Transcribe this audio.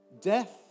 Death